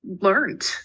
learned